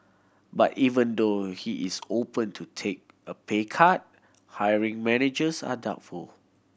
but even though he is open to take a pay cut hiring managers are doubtful